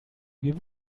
wir